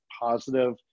positive